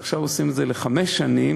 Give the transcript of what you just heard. אז עכשיו עושים את זה לחמש שנים,